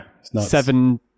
seven